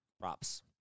Props